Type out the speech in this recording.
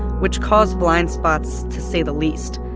which caused blind spots to say the least.